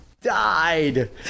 died